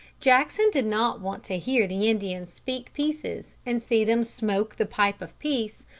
jackson did not want to hear the indians speak pieces and see them smoke the pipe of peace,